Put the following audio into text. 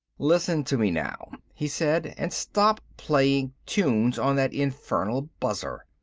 listen to me now, he said, and stop playing tunes on that infernal buzzer.